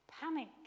Panic